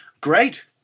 great